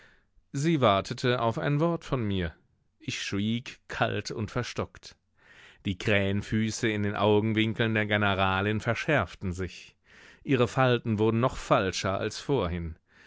sie wartete auf ein wort von mir ich schwieg kalt und verstockt die krähenfüße in den augenwinkeln der generalin verschärften sich ihre falten wurden noch falscher als vorhin